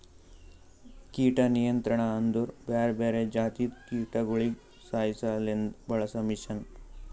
ಕೀಟ ನಿಯಂತ್ರಣ ಅಂದುರ್ ಬ್ಯಾರೆ ಬ್ಯಾರೆ ಜಾತಿದು ಕೀಟಗೊಳಿಗ್ ಸಾಯಿಸಾಸಲೆಂದ್ ಬಳಸ ಮಷೀನ್